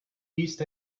east